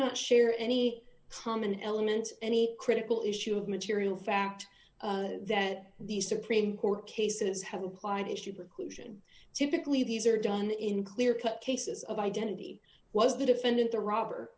not share any common element any critical issue of material fact that the supreme court cases have applied issue preclusion typically these are done in clear cut cases of identity was the defendant the robber